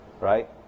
Right